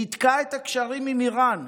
ניתקה את הקשרים עם איראן,